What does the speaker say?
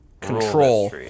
control